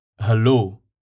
Hello